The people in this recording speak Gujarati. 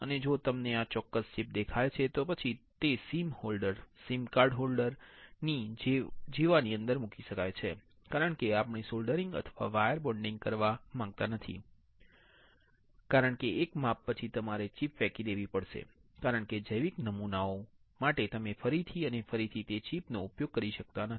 અને જો તમને આ ચોક્કસ ચિપ દેખાય છે તો પછી તે sim holder sim card holder ની જેવાની અંદર મૂકી શકાય છે કારણ કે આપણે સોલ્ડરિંગ અથવા વાયર બોન્ડિંગ કરવા માંગતા નથી કારણ કે એક માપ પછી તમારે ચિપ ફેંકી દેવી પડશે કારણ કે જૈવિક નમૂનાઓ માટે તમે ફરીથી અને ફરીથી તે ચિપ નો ઉપયોગ કરી શકતા નથી